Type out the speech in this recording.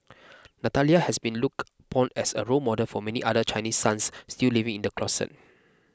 Natalia has been looked upon as a role model for many other Chinese sons still living in the closet